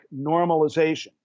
normalization